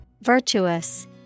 Virtuous